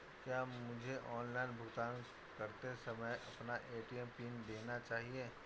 क्या मुझे ऑनलाइन भुगतान करते समय अपना ए.टी.एम पिन देना चाहिए?